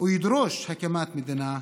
ולדרוש הקמת מדינה פלסטינית.